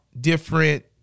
different